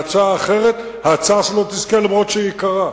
מההצעה האחרת, ההצעה שלו תזכה, גם אם היא יקרה.